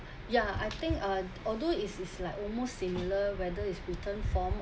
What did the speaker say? yeah I think err although it is like almost similar whether is written form